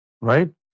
right